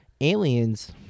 aliens